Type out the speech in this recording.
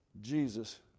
Jesus